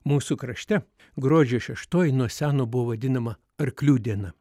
mūsų krašte gruodžio šeštoji nuo seno buvo vadinama arklių diena